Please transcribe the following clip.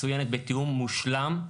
מצוינת, בתיאום מושלם.